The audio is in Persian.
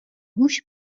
گوش